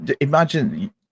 imagine